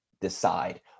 decide